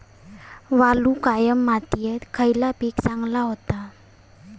वालुकामय मातयेत खयला पीक चांगला होता?